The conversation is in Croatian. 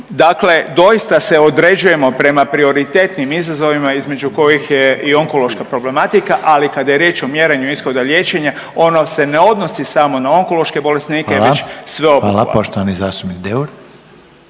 Dakle, doista se određujemo prema prioritetnim izazovima između kojih je i onkološka problematika, ali kada je riječ o mjerenju ishoda liječenja ono se ne odnosi samo na onkološke bolesnike …/Upadica: Hvala./… već sve